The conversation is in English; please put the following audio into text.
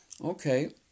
Okay